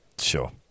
Sure